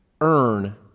earn